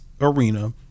arena